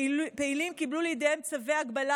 פעילים קיבלו לידיהם צווי הגבלה,